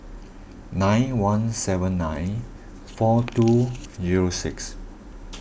nine one seven nine four two zero six